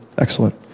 Excellent